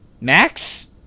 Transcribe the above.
Max